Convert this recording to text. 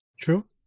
True